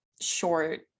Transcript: short